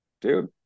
dude